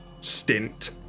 stint